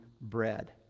bread